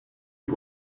you